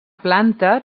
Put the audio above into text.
planta